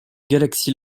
galaxies